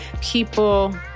People